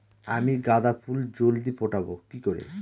আমি গাঁদা ফুল জলদি ফোটাবো কি করে?